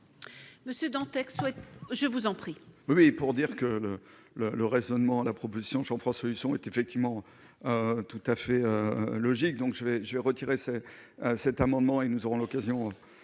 Monsieur Dantec, je vous en prie. Oui pour dire que le le le raisonnement, la proposition Jean-François Husson est effectivement tout à fait logique donc je vais je vais retirer c'est cet amendement et nous aurons l'occasion